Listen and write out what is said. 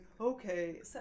okay